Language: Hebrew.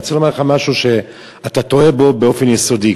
אני רוצה לומר לך משהו שאתה טועה בו באופן יסודי.